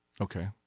Okay